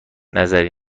نظری